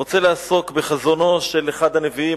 אני רוצה לעסוק בחזונו של אחד הנביאים,